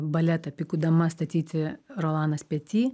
baletą pikų dama statyti rolanas peti